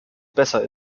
besser